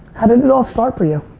how did it all start for you?